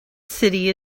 city